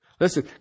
Listen